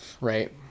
right